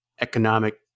economic